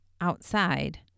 outside